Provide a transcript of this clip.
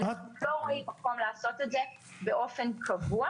אנחנו לא רואים מקום לעשות את זה באופן קבוע.